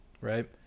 right